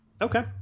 Okay